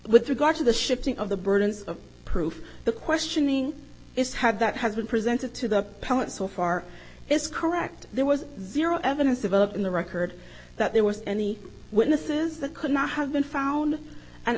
with regard to the shifting of the burdens of proof the questioning is had that has been presented to the appellant so far is correct there was zero evidence developed in the record that there was any witnesses that could not have been found and